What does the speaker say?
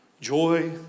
joy